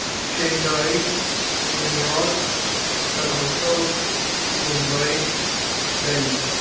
Shanghai New York Toronto Mumbai Delhi